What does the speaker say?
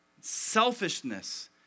selfishness